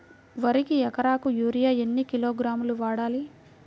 వరికి ఎకరాకు యూరియా ఎన్ని కిలోగ్రాములు వాడాలి?